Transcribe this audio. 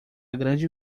grande